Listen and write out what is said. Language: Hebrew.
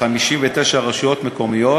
ב-59 רשויות מקומיות,